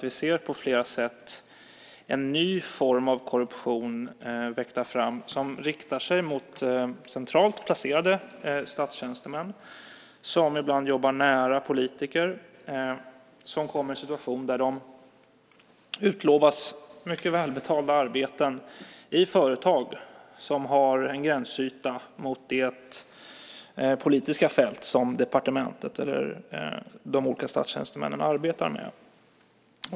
Vi ser på flera sätt en ny form av korruption växa fram som riktar sig till centralt placerade statstjänstemän som ibland jobbar nära politiker och som kommer i en situation där de utlovas mycket välbetalda arbeten i företag som har en gränsyta mot det politiska fält som departementet eller de olika statstjänstemännen arbetar med.